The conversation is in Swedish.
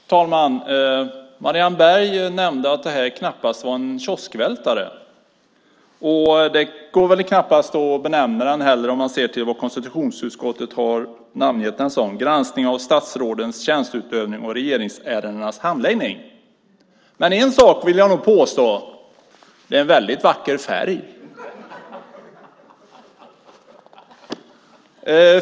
Herr talman! Marianne Berg nämnde att det här betänkandet knappast är en kioskvältare. Det går väl knappast att benämna det så om man ser till hur konstitutionsutskottet har namngett det: Granskning av statsrådens tjänsteutövning och regeringsärendenas handläggning . Men en sak vill jag nog påstå: Det är en väldigt vacker färg.